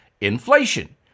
Inflation